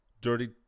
dirty